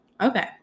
Okay